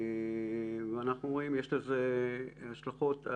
יש לזה השלכות.